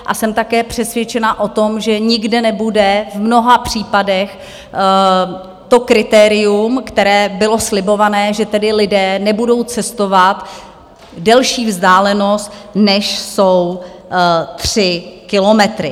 A jsem také přesvědčená o tom, že nikde nebude v mnoha případech to kritérium, které bylo slibované, že tedy lidé nebudou cestovat delší vzdálenost, než jsou tři kilometry.